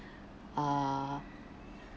uh